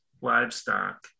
livestock